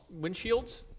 Windshields